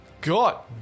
God